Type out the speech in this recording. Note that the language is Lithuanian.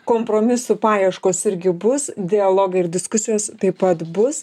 kompromisų paieškos irgi bus dialogai ir diskusijos taip pat bus